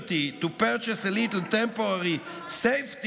to purchase a little temporary safety,